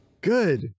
Good